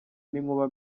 n’inkuba